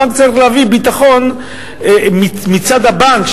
הבנק צריך להביא ביטחון מצד הבנק,